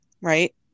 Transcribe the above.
Right